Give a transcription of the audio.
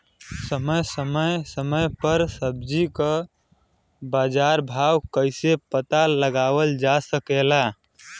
समय समय समय पर सब्जी क बाजार भाव कइसे पता लगावल जा सकेला?